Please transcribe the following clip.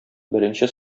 беренче